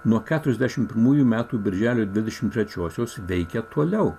nuo keturiasdešimt pirmųjų metų birželio dvidešimt trečiosios veikia toliau